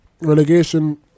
Relegation